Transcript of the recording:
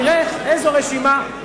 תראה איזו רשימה,